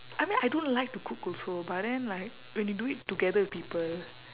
I mean I don't like to cook also but then like when you do it together with people